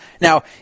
Now